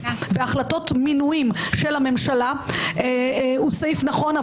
בהחלטות מינויים של הממשלה הוא סעיף נכון,